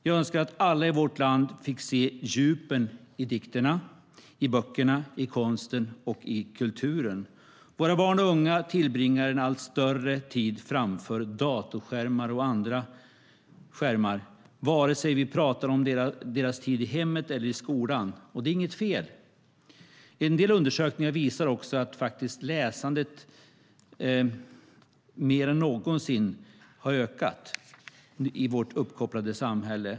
Jag önskar att alla i vårt land fick se djupen i dikterna, i böckerna, i konsten och i kulturen. Våra barn och unga tillbringar alltmer tid framför datorskärmar och andra skärmar, vare sig vi pratar om deras tid hemma eller i skolan. Det är inget fel; en del undersökningar visar att läsandet faktiskt har ökat mer än någonsin i vårt uppkopplade samhälle.